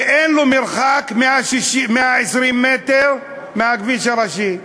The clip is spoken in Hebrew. שאין לו מרחק 120 מטר מהכביש הראשי.